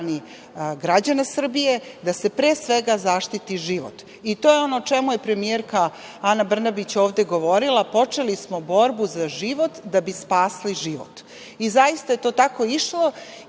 da se pre svega zaštiti život. To je ono o čemu je premijerka Ana Brnabić ovde govorila, počeli smo borbu za život da bi spasli život. Zaista je to tako išlo